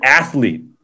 athlete